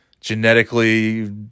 genetically